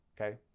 okay